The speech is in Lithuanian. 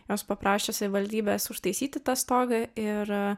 jos paprašė savivaldybės užtaisyti tą stogą ir